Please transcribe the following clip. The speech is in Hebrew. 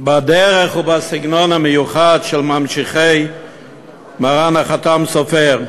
בדרך ובסגנון המיוחד של ממשיכי מרן החת"ם סופר.